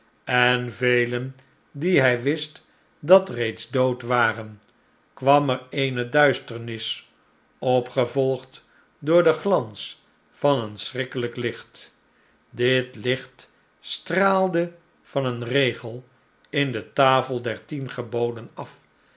en velen die hij wist dat reeds dood waren kwam er eene duisternis opgevolgd door den glans van een schrikkelijk licht dit licht straalde van een regel in de tafel der tien geboden af